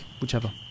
Whichever